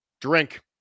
drink